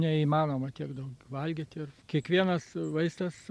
neįmanoma tiek daug valgyti ir kiekvienas vaistas